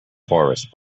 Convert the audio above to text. forest